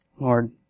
Lord